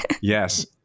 Yes